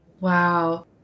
Wow